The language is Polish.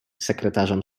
sekretarzem